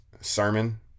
sermon